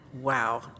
Wow